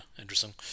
interesting